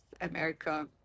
America